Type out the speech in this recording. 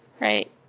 Right